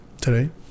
today